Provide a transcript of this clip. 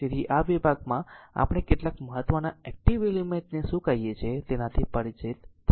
તેથી આ વિભાગમાં આપણે કેટલાક મહત્વના એક્ટીવ એલિમેન્ટ ને શું કહીએ છીએ તેનાથી પરિચિત થઈશું